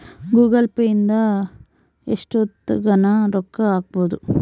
Google Pay ಇಂದ ಎಷ್ಟೋತ್ತಗನ ರೊಕ್ಕ ಹಕ್ಬೊದು